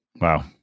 Wow